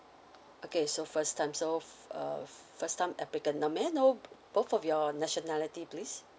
okay so first time so uh first time applicant now may I know both of your nationality please